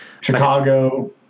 Chicago